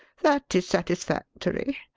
that is satisfactory.